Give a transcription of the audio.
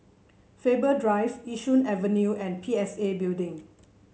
Faber Drive Yishun Avenue and P S A Building